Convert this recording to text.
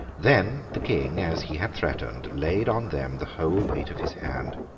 then the king, as he had threatened, laid on them the whole weight of his hand.